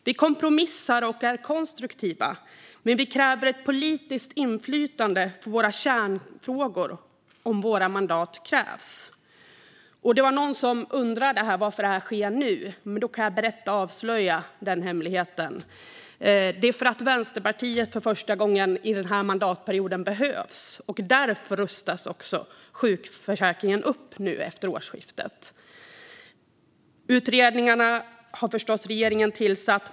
Vi kompromissar och är konstruktiva, men vi kräver politiskt inflytande för våra kärnfrågor om våra mandat krävs. Det var någon här som undrade varför det här sker nu. Då kan jag avslöja den hemligheten: Det är för att Vänsterpartiet för första gången i den här mandatperioden behövs. Därför rustas också sjukförsäkringen upp nu efter årsskiftet. Utredningarna har förstås regeringen tillsatt.